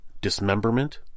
dismemberment